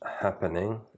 happening